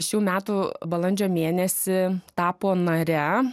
šių metų balandžio mėnesį tapo nare